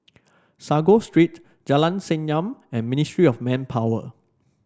Sago Street Jalan Senyum and Ministry of Manpower